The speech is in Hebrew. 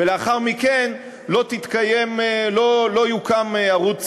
ולאחר מכן לא יוקם ערוץ ציבורי,